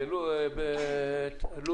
בקשה לפי תקנת משנה זו יפורסמו באתר האינטרנט של משרד